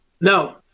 No